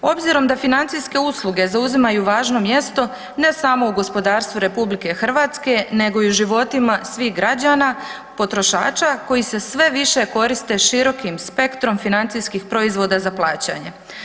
Obzirom da financijske usluge zauzimaju važno mjesto, ne samo u gospodarstvu RH, nego i u životima svih građana, potrošača koji se sve više koriste širokim spektrom financijskih proizvoda za plaćanje.